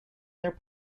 their